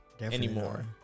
anymore